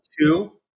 two